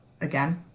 again